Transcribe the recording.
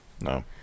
No